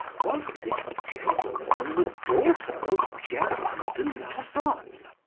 was this gentlewoman the daughter of gerard de narbon?